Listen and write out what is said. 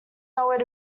nowhere